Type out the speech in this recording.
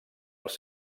els